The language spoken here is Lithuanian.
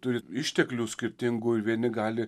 turi išteklių skirtingų ir vieni gali